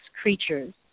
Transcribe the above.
creatures